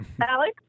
Alex